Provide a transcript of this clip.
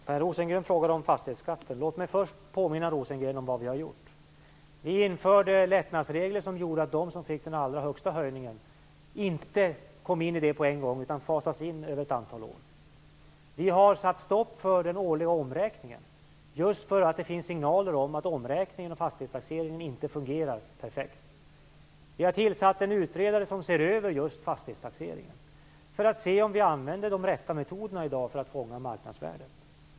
Fru talman! Per Rosengren frågade om fastighetsskatten. Låt mig först påminna Rosengren om vad vi har gjort. Vi införde lättnadsregler som gjorde att de som fick den allra högsta höjningen inte drabbades av det på en gång utan fasas in över ett antal år. Vi har satt stopp för den årliga omräkningen, därför att det finns signaler om att omräkningen av fastighetstaxeringen inte fungerar perfekt. Vi har tillsatt en utredare som ser över just fastighetstaxeringen för att se om vi använder de rätta metoderna i dag för att fånga marknadsvärdet.